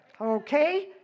Okay